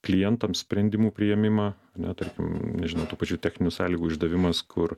klientam sprendimų priėmimą ne tarkim nežinau tų pačių techninių sąlygų išdavimas kur